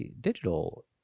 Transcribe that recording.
digital